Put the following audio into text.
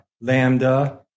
lambda